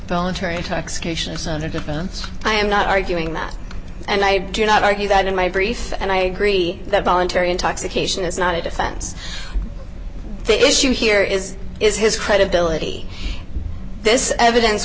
voluntary intoxication so their defense i am not arguing that and i do not argue that in my brief and i agree that voluntary intoxication is not a defense the issue here is is his credibility this evidence